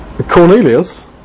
Cornelius